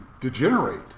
degenerate